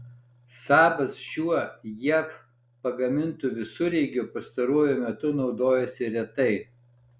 sabas šiuo jav pagamintu visureigiu pastaruoju metu naudojosi retai